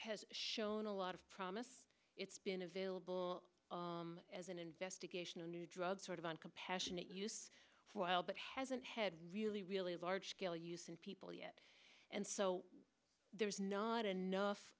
has shown a lot of promise it's been available as an investigation a new drug sort of on compassionate use while but hasn't had really really large scale use and people yet and so there's not enough